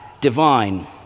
divine